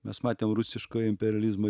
mes matėm rusiškojo imperializmo